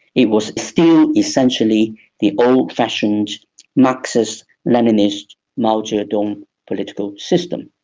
it was still essentially the old-fashioned marxist leninist mao zedong political system.